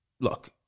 look